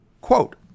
quote